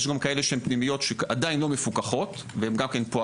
נגיד שיש פנימיות שהן עדיין לא מפוקחות אבל הן עדיין פועלות.